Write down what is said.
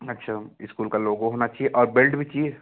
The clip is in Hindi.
अच्छा इस्कूल का लोगों होना चाहिए और बेल्ट भी चाहिए